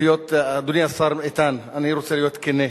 אדוני השר איתן, אני רוצה להיות כן.